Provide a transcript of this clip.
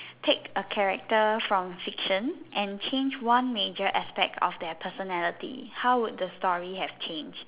take a character from fiction and change one major aspects of their personality how would the story have changed